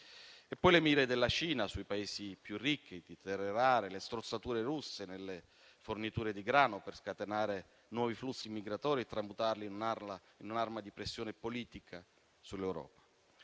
E poi le mire della Cina sui Paesi più ricchi di terre rare, le strozzature russe nelle forniture di grano per scatenare nuovi flussi migratori e tramutarli in un'arma di pressione politica sull'Europa.